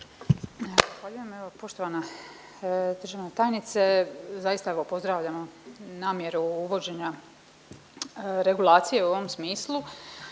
… poštovana državna tajnice, zaista evo pozdravljamo namjeru uvođenja regulacije u ovom smislu,